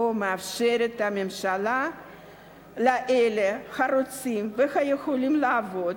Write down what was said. לא מאפשרת הממשלה לאלה הרוצים והיכולים לעבוד,